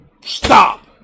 Stop